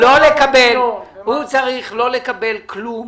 הוא צריך לא לקבל כלום